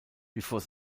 before